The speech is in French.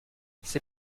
ses